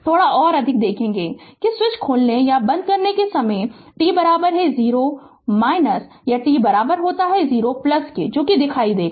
थोड़ा और अधिक देखेंगे कि स्विच खोलने या बंद करने के समय t 0 या t 0 दिखाई देगा